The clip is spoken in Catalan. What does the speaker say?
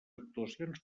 actuacions